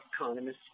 economists